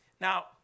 Now